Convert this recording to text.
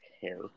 care